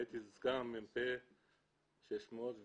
הייתי סגן מ"פ 601,